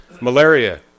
malaria